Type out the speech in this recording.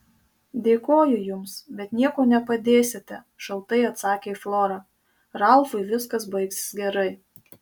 dėkoju jums bet niekuo nepadėsite šaltai atsakė flora ralfui viskas baigsis gerai